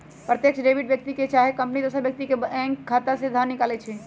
प्रत्यक्ष डेबिट में व्यक्ति चाहे कंपनी दोसर व्यक्ति के बैंक खता से धन निकालइ छै